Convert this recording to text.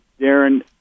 Darren